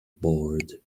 board